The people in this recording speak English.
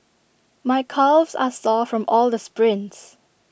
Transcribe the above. my calves are sore from all the sprints